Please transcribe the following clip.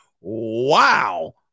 Wow